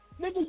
Nigga